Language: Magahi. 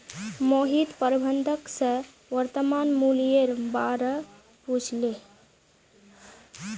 मोहित प्रबंधक स वर्तमान मूलयेर बा र पूछले